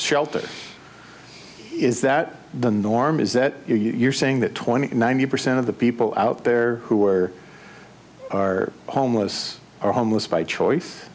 shelter is that the norm is that you're saying that twenty ninety percent of the people out there who are or homeless or homeless by choice